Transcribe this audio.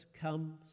comes